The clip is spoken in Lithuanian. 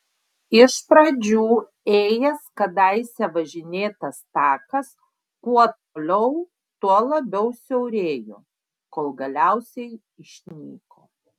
iš pradžių ėjęs kadaise važinėtas takas kuo toliau tuo labiau siaurėjo kol galiausiai išnyko